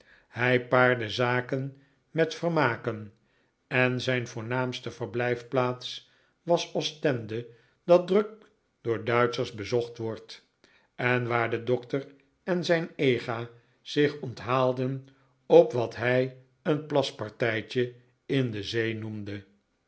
hij paarde zaken met vermaken en zijn voornaamste verblijf plaats was ostende dat druk door duitschers bezocht wordt en waar de dokter en zijn ega zich onthaalden op wat hij een plaspartijtje in de zee noemde